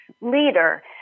leader